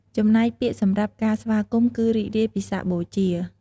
ចំណែកពាក្យសម្រាប់ការសា្វគមន៍គឺ រីករាយពិសាខបូជា។